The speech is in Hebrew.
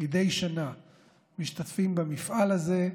מדי שנה משתתפים במפעל הזה,